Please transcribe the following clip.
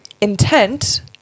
intent